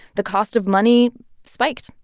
the cost of money spiked